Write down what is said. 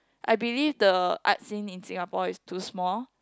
I believe the art scene in Singapore is too small